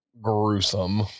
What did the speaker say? gruesome